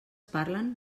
parlen